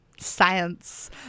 Science